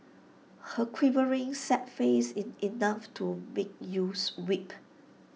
her quivering sad face is enough to make you weep